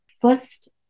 first